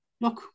look